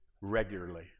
regularly